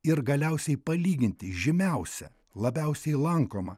ir galiausiai palyginti žymiausią labiausiai lankomą